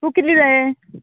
तूं कितली जाय